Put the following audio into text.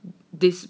this